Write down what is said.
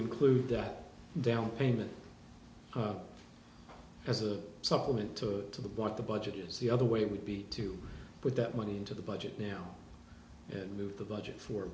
include that down payment as a supplement to what the budget is the other way would be to put that money into the budget now and move the budget for